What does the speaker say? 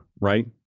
right